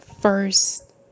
First